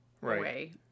right